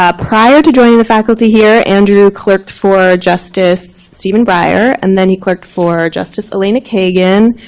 ah prior to joining the faculty here, andrew clerked for justice stephen breyer, and then he clerked for justice elena kagan,